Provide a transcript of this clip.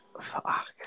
Fuck